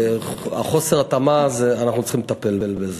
חוסר ההתאמה הזה, אנחנו צריכים לטפל בו.